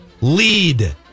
lead